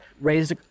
raised